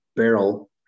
barrel